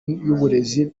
y’uburezi